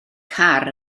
car